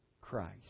Christ